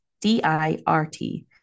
D-I-R-T